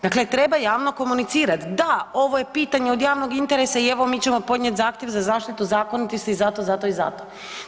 Dakle, treba javno komunicirati, da ovo je pitanje od javnog interesa i evo mi ćemo podnijeti zahtjev za zaštitu zakonitosti, zato, zato i zato.